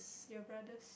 your brothers